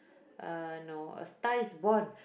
uh no A-Star-Is-Born